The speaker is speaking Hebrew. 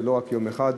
זה לא רק יום אחד.